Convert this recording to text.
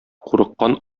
курыккан